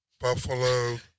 Buffalo